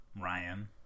Ryan